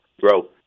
grow